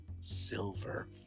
silver